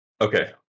Okay